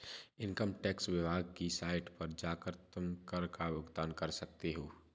income tax विभाग की site पर जाकर तुम कर का भुगतान कर सकते हो